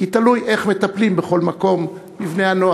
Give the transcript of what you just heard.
כי תלוי איך מטפלים בכל מקום בבני-הנוער.